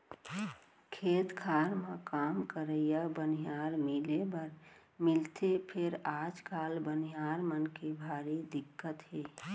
खेत खार म काम करइया बनिहार मिले बर मिलथे फेर आजकाल बनिहार मन के भारी दिक्कत हे